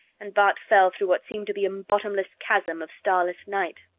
and bart fell through what seemed to be a bottomless chasm of starless night.